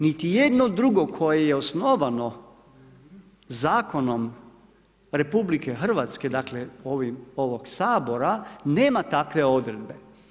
Niti jedno drugo koje je osnovano zakonom RH, dakle ovog Sabora, nema takve odredbe.